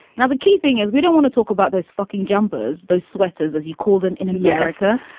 now, the key thing is we don't want to talk about those fucking jumpers. those sweaters, as you call them in america.